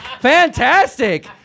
Fantastic